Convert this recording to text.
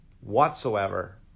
whatsoever